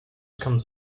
comes